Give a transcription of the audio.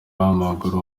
w’amaguru